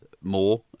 more